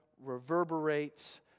reverberates